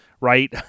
right